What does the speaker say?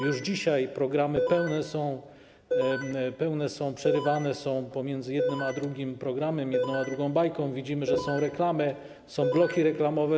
Już dzisiaj programy są przerywane: pomiędzy jednym a drugim programem, jedną a drugą bajką widzimy, że są reklamy, są bloki reklamowe.